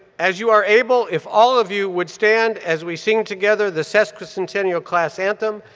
as you are able, if all of you would stand as we sing together the sesquicentennial class anthem,